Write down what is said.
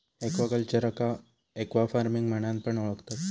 एक्वाकल्चरका एक्वाफार्मिंग म्हणान पण ओळखतत